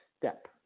step